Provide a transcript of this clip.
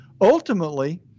ultimately